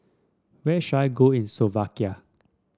where should I go in Slovakia